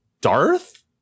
Darth